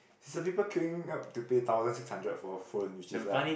some people queuing up to pay thousand six hundred for a phone which is like